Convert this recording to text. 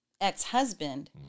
ex-husband